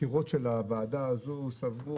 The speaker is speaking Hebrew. הקירות של הוועדה הזאת שמעו